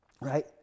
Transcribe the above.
right